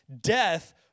death